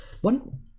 One